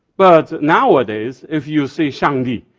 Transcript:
but nowadays if you see shangdi,